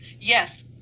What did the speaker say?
Yes